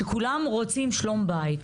שכולם רוצים שלום בית,